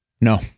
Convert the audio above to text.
No